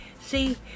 see